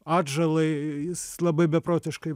atžalai jis labai beprotiškai